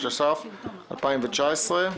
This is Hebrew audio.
התש"ף-2019,